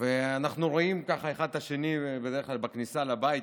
ואנחנו רואים אחד את השני בדרך כלל בכניסה לבית,